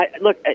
look